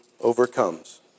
overcomes